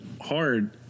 hard